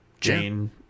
Jane